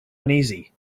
uneasy